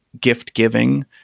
gift-giving